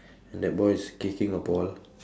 and that boy is kicking a ball